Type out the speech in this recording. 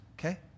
okay